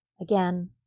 Again